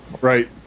Right